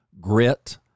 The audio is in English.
Grit